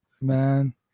Man